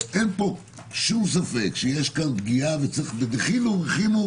אין שום ספק שיש פה פגיעה וצריך בדחילו ורחימו